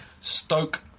Stoke